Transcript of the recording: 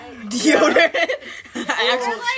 Deodorant